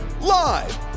Live